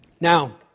Now